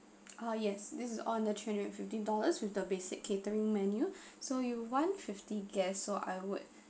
ah yes this is on the three hundred and fifty dollars with the basic catering menu so you want fifty guests so I would